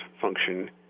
function